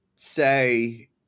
Say